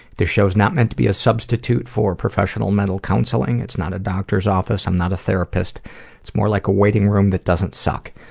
this show is not meant to be a substitute for professional mental counseling, it's not a doctor's office, i'm not a therapist it's more like a waiting room that doesn't suck.